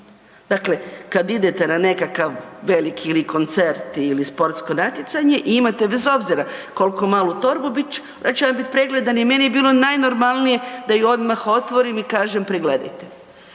Dakle, kad idete na nekakav veliki ili koncert ili sportsko natjecanje i imate bez obzira koliko malu torbu ona će vam biti pregledana i meni je bilo najnormalnije da ju odmah otvorim i kažem pregledajte.